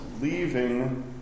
leaving